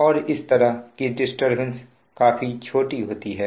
और इस तरह की डिस्टरबेंस काफी छोटी होती है